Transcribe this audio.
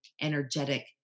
energetic